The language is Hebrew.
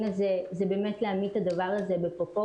הזה הוא באמת להעמיד את זה בפרופורציות.